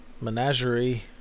Menagerie